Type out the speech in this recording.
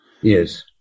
Yes